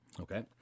Okay